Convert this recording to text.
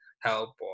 help